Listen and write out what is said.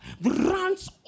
runs